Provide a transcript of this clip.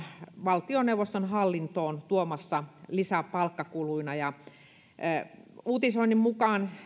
valtioneuvoston hallintoon tuomassa lisäpalkkakuluina uutisoinnin mukaan